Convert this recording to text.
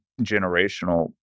generational